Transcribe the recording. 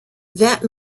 that